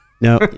No